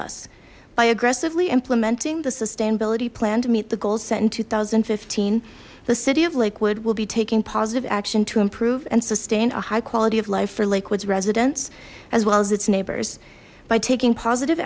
us by aggressively implementing the sustainability plan to meet the goals set in two thousand and fifteen the city of liquid will be taking positive action to improve and sustain a high quality of life for liquids residents as well as its neighbors by taking positive